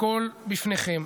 הכול בפניכם.